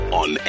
on